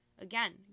Again